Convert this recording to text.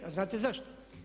A znate zašto?